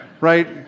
right